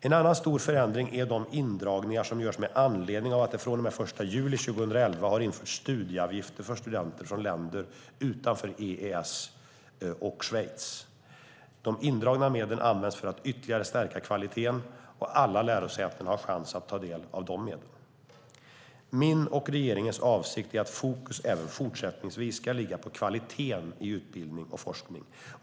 En annan stor förändring är de indragningar som görs med anledning av att det från och med den 1 juli 2011 har införts studieavgifter för studenter från länder utanför EES och Schweiz. De indragna medlen används för att ytterligare stärka kvaliteten, och alla lärosäten har chans att ta del av dessa medel. Min och regeringens avsikt är att fokus även fortsättningsvis ska ligga på kvaliteten i utbildning och forskning.